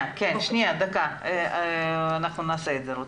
אנחנו נעשה את זה, רות.